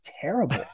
terrible